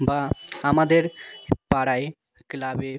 বা আমাদের পাড়ায় ক্লাবে